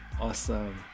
awesome